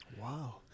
Wow